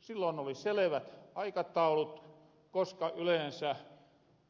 silloon oli selevät aikataulut koska yleensä